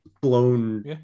blown